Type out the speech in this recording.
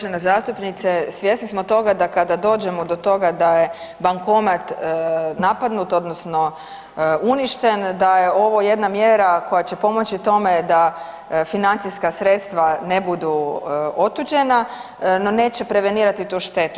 Uvažena zastupnice svjesni smo toga da kada dođemo do toga da je bankomat napadnutu odnosno uništen da je ovo jedna mjera koje će pomoći tome da financijska sredstava ne budu otuđena, no neće prevenirati tu štetu.